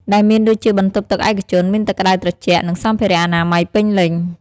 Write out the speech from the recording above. ដែលមានដូចជាបន្ទប់ទឹកឯកជន មានទឹកក្តៅត្រជាក់ និងសម្ភារៈអនាម័យពេញលេញ។